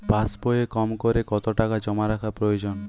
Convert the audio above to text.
পাশবইয়ে কমকরে কত টাকা জমা রাখা প্রয়োজন?